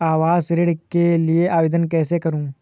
आवास ऋण के लिए आवेदन कैसे करुँ?